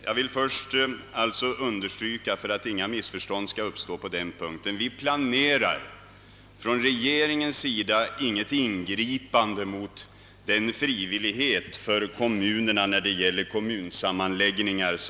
Jag vill först — för att inga missförstånd skall uppstå på denna punkt — understryka att regeringen inte planerar något ingripande mot den frivillighet som riksdagen har uttalat sig för, när det gäller kommunsammanläggningar.